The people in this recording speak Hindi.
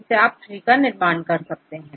इसके द्वारा आपको ट्री प्राप्त हो जाएगा